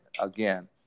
again